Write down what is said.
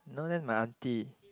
no then my aunty